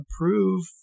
approve